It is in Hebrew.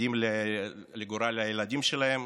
חרדים לגורל הילדים שלהם,